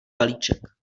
balíček